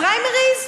הפריימריז?